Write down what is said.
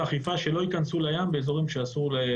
אכיפה שלא ייכנסו לים באזורים שאסור,